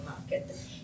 market